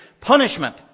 Punishment